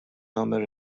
nagħmel